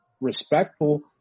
respectful